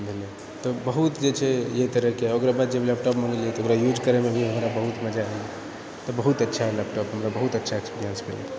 भेलै तऽ बहुत जे छै एहि तरहके ओकरा बाद जब लैपटॉप मँगेलिए तऽ ओकरा यूज करैमे भी हमरा बहुत मजा एलै तऽ बहुत अच्छा लैपटॉप हमरा बहुत अच्छा एक्सपीरियन्स भेल अइ